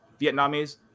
vietnamese